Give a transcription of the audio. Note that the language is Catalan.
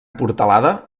portalada